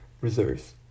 reserves